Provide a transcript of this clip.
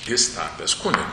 jis tapęs kunigu